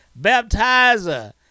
baptizer